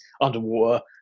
Underwater